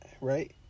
right